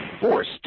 forced